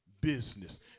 business